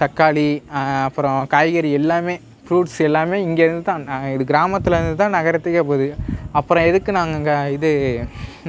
தக்காளி அப்பறம் காய்கறி எல்லாமே ஃப்ரூட்ஸ் எல்லாமே இங்கேயிருந்து தான் நாங்கள் இது கிராமத்தில் இருந்து தான் நகரத்துக்கே போகுது அப்பறம் எதுக்கு நாங்கள் அங்கே இது